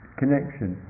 connection